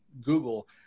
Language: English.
Google